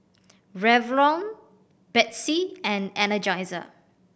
Revlon Betsy and Energizer